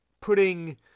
putting